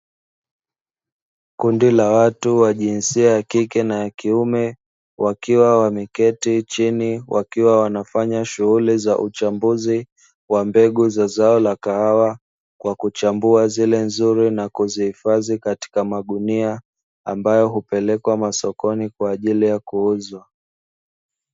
Kundi la watu wa jinsia yakike na yakiume, wakiwa wameketi chini, wakiwa wanafanya shughuli za uchambuzi wa mbegu za zao la kahawa kwa kuchambua zile nzuri na kuzihifadhi katika magunia ambayo hupelekwa masokoni kwaajili ya kuuzwa.